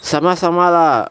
sama sama lah